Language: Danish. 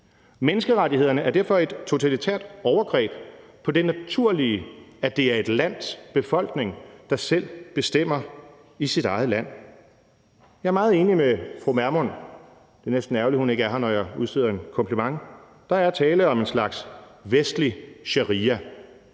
Menneskerettighederne er derfor et totalitært overgreb på det naturlige, at det er et lands befolkning, der selv bestemmer i sit eget land. Jeg er meget enig med fru Pernille Vermund – det er næsten ærgerligt, at hun ikke er her, når jeg udsteder en kompliment – i, at der er tale om en slags vestlig sharia,